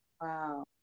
Wow